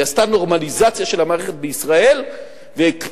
היא עשתה נורמליזציה של המערכת בישראל והקפיצה